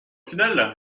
final